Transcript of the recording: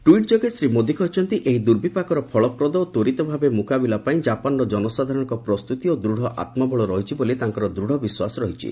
tweet ଯୋଗେ ଶ୍ରୀ ମୋଦି କହିଛନ୍ତି ଏହି ଦୂର୍ବିପାକର ଫଳପ୍ରଦ ଓ ତ୍ୱରିତ ଭାବେ ମୁକାବିଲା ପାଇଁ କାପାନ୍ର ଜନସାଧାରଣଙ୍କ ପ୍ରସ୍ତୁତି ଓ ଦୂଢ଼ ଆତ୍କବଳ ରହିଛି ବୋଲି ତାଙ୍କର ଦୂତ୍ ବିଶ୍ୱାସ ରହିଛି